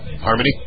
Harmony